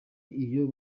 iyo